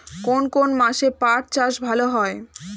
কোন কোন মাসে পাট চাষ ভালো হয়?